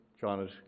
China's